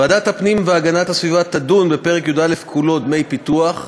ועדת הפנים והגנת הסביבה תדון בפרק י"א כולו (דמי פיתוח)